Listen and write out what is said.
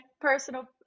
personal